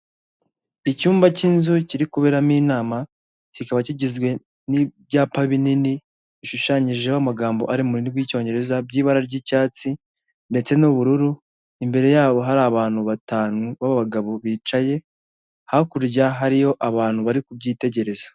Icyumba cy'inzu kiri kuberamo inama, kikaba kigizwe n'ibyapa binini, bishushanyijeho amagambo ari mu rurimi rw'icyongereza, by'ibara ry'icyatsi, ndetse n'ubururu, imbere yabo hari abantu batanu, b'abagabo bicaye, hakurya hariyo abantu bari kubyitegereza.